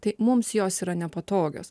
tai mums jos yra nepatogios